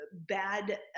bad